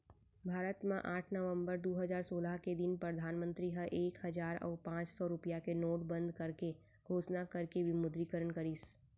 भारत म आठ नवंबर दू हजार सोलह के दिन परधानमंतरी ह एक हजार अउ पांच सौ रुपया के नोट बंद करे के घोसना करके विमुद्रीकरन करिस